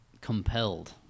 compelled